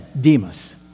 Demas